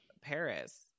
Paris